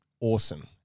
awesome